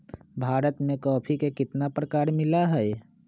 भारत में कॉफी के कितना प्रकार मिला हई?